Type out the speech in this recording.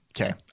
Okay